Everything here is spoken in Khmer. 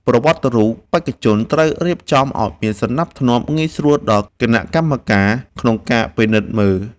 ប្រវត្តិរូបបេក្ខជនត្រូវរៀបចំឱ្យមានសណ្ដាប់ធ្នាប់ងាយស្រួលដល់គណៈកម្មការក្នុងការពិនិត្យមើល។